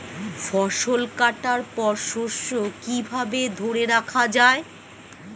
ফসল কাটার পর শস্য কিভাবে ধরে রাখা য়ায়?